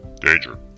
Danger